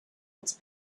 its